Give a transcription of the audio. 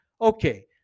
Okay